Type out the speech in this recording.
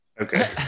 Okay